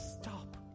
stop